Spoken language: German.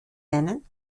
nennen